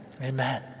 Amen